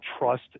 trust